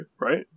right